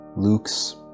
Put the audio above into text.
Luke's